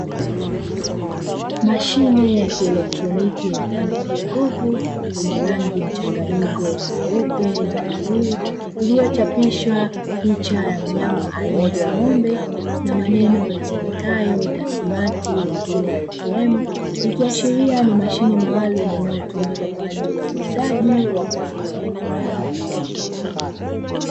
Mashine ya kielektroniki mfano wa jokofu yenye rangi mchanganyiko ya nyeupe na bluu, iliyochapishwa picha ya mnyama aina ya ng’ombe, na maneo yasomekayo "Tassmatt maziwa ATM"Ikiashiria ni mashine maalumu inayotumika kwa ajili ya uuzaji wa maziwa.